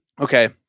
Okay